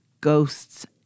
Ghosts